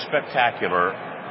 spectacular